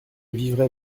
vivrai